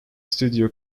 studio